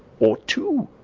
or two.